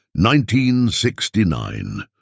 1969